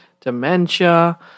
dementia